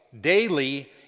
daily